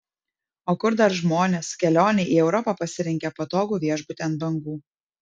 o kur dar žmonės kelionei į europą pasirinkę patogų viešbutį ant bangų